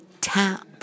tap